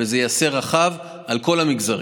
וזה ייעשה רחב על כל המגזרים.